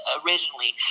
originally